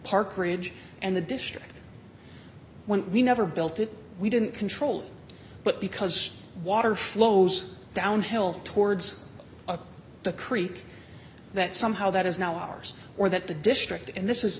park ridge and the district when we never built it we didn't control but because water flows downhill towards the creek that somehow that is now ours or that the district and this